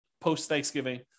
post-Thanksgiving